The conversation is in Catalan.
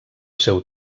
seu